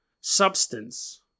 substance